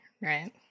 right